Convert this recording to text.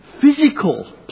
physical